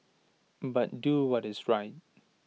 but do what is right